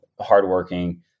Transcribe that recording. hardworking